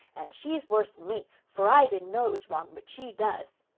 and she's worse'n me, for i didn't know it was wrong but she does.